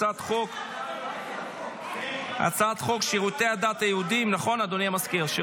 הצעת חוק שירותי הדת היהודיים (תיקון מס'